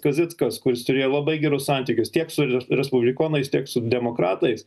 kazickas kuris turėjo labai gerus santykius tiek su respublikonais tiek su demokratais